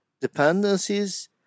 Dependencies